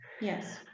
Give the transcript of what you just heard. Yes